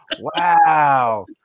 wow